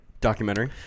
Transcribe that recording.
Documentary